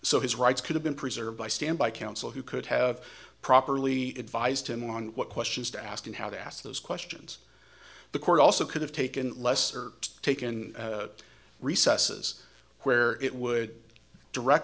so his rights could have been preserved by standby counsel who could have properly advised him on what questions to ask and how to ask those questions the court also could have taken lesser taken recesses where it would direct